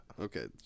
Okay